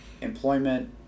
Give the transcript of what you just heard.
employment